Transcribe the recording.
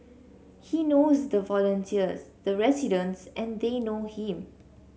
he knows the volunteers the residents and they know him